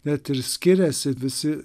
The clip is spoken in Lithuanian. net ir skiriasi visi